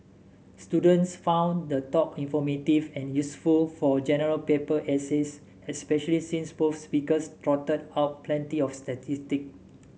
students found the talk informative and useful for General Paper essays especially since both speakers trotted out plenty of statistic